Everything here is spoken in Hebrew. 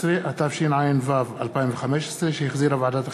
13), התשע"ו 2015, שהחזירה ועדת החינוך,